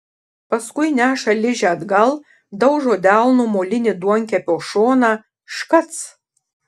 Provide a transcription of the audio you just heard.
paskui neša ližę atgal daužo delnu molinį duonkepio šoną škac